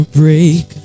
break